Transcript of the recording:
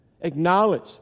Acknowledge